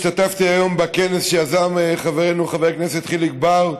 השתתפתי היום בכנס שיזם חברנו חבר הכנסת חיליק בר,